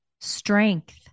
strength